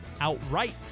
outright